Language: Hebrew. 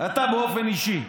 אתה באופן אישי.